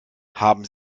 haben